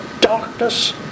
Darkness